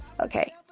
okay